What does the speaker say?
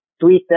Twitter